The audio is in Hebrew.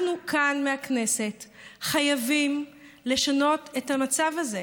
אנחנו כאן, מהכנסת, חייבים לשנות את המצב הזה.